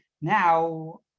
now